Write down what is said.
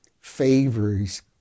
favors